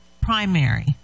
primary